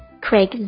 Craig